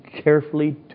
carefully